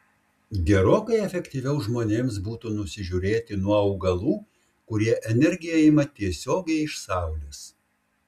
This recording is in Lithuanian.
gerokai efektyviau žmonėms būtų nusižiūrėti nuo augalų kurie energiją ima tiesiogiai iš saulės